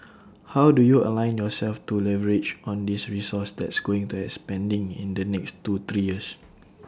how do you align yourselves to leverage on this resource that's going to expanding in the next two three years